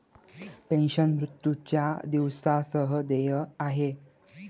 pension, मृत्यूच्या दिवसा सह देय आहे